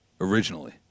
originally